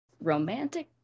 romantic